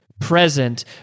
present